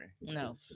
No